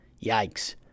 Yikes